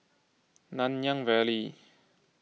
Nanyang Valley